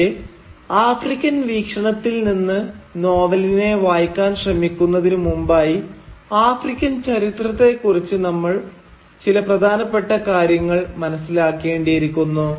പക്ഷെ ആഫ്രിക്കൻ വീക്ഷണത്തിൽ നിന്ന് നോവലിനെ വായിക്കാൻ ശ്രമിക്കുന്നതിനു മുമ്പായി ആഫ്രിക്കൻ ചരിത്രത്തെ കുറിച് ചില പ്രധാനപ്പെട്ട കാര്യങ്ങൾ നമ്മൾ മനസ്സിലാക്കേണ്ടിയിരിക്കുന്നു